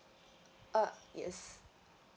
uh yes